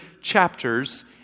chapters